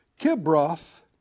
Kibroth